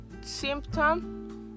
symptom